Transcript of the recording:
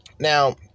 Now